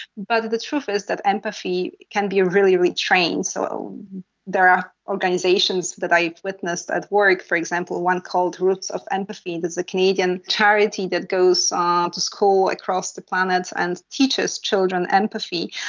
but the truth is that empathy can be really really trained. so there are organisations that i witnessed at work, for example one called roots of empathy, this is a canadian charity that goes um to schools across the planet and teaches children empathy.